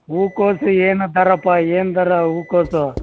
ಹೂಕೋಸು ಏನು ದರಪ್ಪ ಏನು ದರ ಹೂಕೋಸು